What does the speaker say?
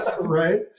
Right